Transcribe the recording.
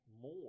more